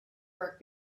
work